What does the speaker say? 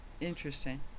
Interesting